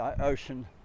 ocean